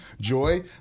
Joy